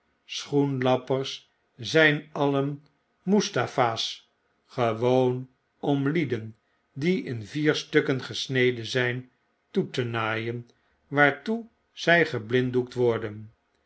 schoenlappers zyn alien mustapha's gewoon om lieden die in vier stukken gesneden zyn toe te naaien waartoe zij geblinddoekt worden